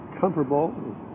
comfortable